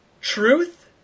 Truth